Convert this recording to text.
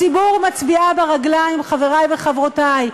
הציבור מצביעה ברגליים, חברי וחברותי.